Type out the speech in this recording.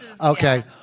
okay